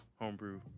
homebrew